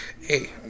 hey